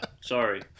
Sorry